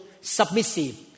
submissive